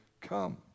come